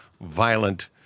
violent